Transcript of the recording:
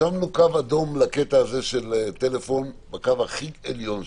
שמנו קו אדום לקטע הזה של טלפון בקו הכי עליון שאפשר,